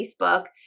Facebook